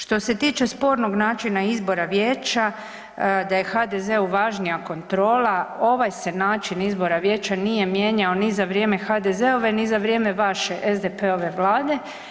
Što se tiče spornog načina izbora vijeća da je HDZ-u važnija kontrola, ovaj se način izbora vijeća nije mijenjao ni za vrijeme HDZ-ove ni za vrijeme vaše SDP-e Vlade.